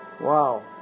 Wow